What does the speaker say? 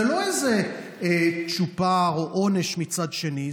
זה לא איזה צ'ופר או עונש, מצד שני.